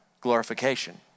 glorification